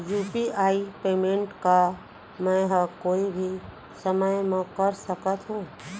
UPI payment का मैं ह कोई भी समय म कर सकत हो?